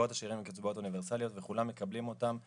קצבאות השאירים הן קצבאות אוניברסליות וכולם מקבלים אותן,